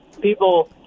people